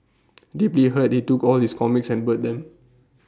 deeply hurt he took all his comics and burnt them